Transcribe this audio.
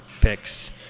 picks